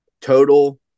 total